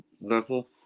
level